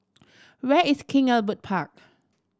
where is King Albert Park